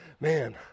man